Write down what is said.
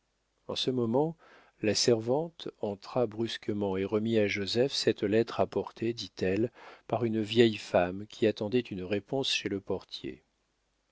en ce moment la servante entra brusquement et remit à joseph cette lettre apportée dit-elle par une vieille femme qui attendait une réponse chez le portier